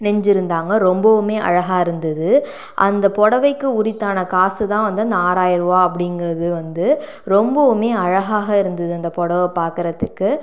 நெஞ்சிருந்தாங்க ரொம்பவுமே அழகாக இருந்துது அந்த புடவைக்கு உரித்தான காசு தான் வந்து அந்த ஆறாயிரம் ரூபா அப்படிங்குறது வந்து ரொம்பவுமே அழகாக இருந்துது அந்த புடவை பார்க்குறதுக்கு